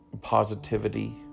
positivity